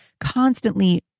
constantly